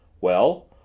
Well